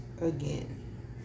Again